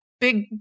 big